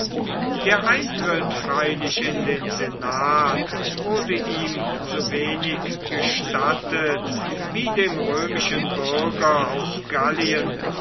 der eintritt freilich in den senat wurde ihm so wenig gestattet wie dem römischen bürger aus gallien